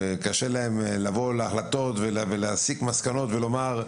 קשה להם לבוא להחלטות ולהסיק מסקנות ולומר,